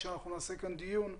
כשנעשה כאן דיון,